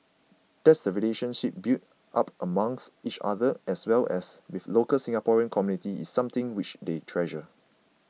that the relationships built up amongst each other as well as with local Singaporean community is something which they treasure